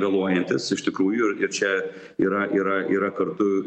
vėluojantis iš tikrųjų čia yra yra yra kartu